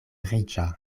riĉa